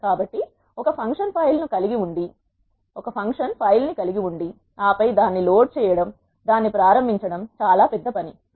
కాబట్టి ఒక ఫంక్షన్ ఫైల్ను కలిగి ఉండి ఆపై దాన్ని లోడ్ చేయడం దాన్ని ప్రారంభించడం చాలా పెద్ద పని